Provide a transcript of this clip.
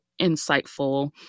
insightful